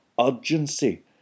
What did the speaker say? urgency